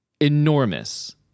enormous